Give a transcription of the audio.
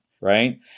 Right